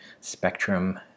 spectrum